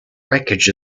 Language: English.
wreckage